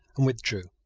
and withdrew.